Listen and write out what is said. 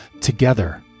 together